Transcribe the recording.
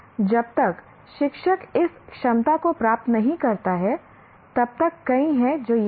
जब तक शिक्षक इस क्षमता को प्राप्त नहीं करता है तब तक कई हैं जो ये हैं